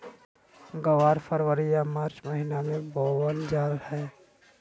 ग्वार फरवरी या मार्च महीना मे बोवल जा हय